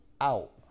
out